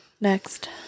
Next